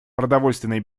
продовольственная